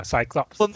Cyclops